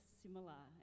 similar